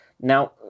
Now